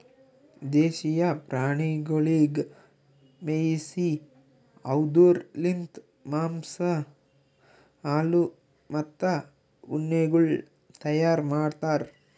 ದೇಶೀಯ ಪ್ರಾಣಿಗೊಳಿಗ್ ಮೇಯಿಸಿ ಅವ್ದುರ್ ಲಿಂತ್ ಮಾಂಸ, ಹಾಲು, ಮತ್ತ ಉಣ್ಣೆಗೊಳ್ ತೈಯಾರ್ ಮಾಡ್ತಾರ್